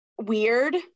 weird